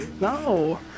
No